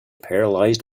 paralysed